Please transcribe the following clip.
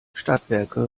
stadtwerke